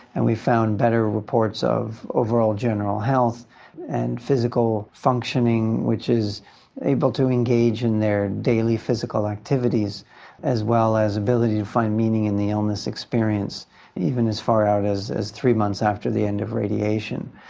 and we found better reports of overall general health and physical functioning which is able to engage in their daily physical activities as well as the ability to find meaning in the illness experience even as far out as as three months after the end of radiation.